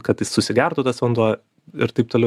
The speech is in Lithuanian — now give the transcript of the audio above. kad jis susigertų tas vanduo ir taip toliau